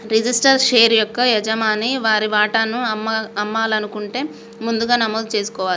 registered share యొక్క యజమాని వారి వాటాను అమ్మాలనుకుంటే ముందుగా నమోదు జేసుకోవాలే